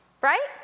right